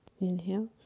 Inhale